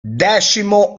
decimo